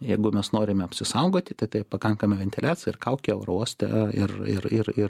jeigu mes norime apsisaugoti ta tai pakankama ventiliacija ir kaukė aerouoste ir ir ir ir